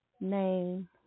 name